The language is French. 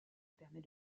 permet